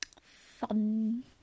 Fun